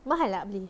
mahal tak beli